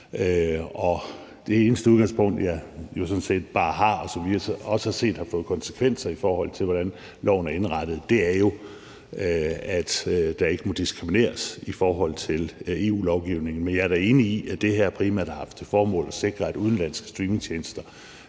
og som vi også har set har fået konsekvenser, i forhold til hvordan loven er indrettet, er jo, at der ikke må diskrimineres i forhold til EU-lovgivningen. Men jeg er da enig i, at det her primært har haft til formål at sikre, at udenlandske streamingtjenester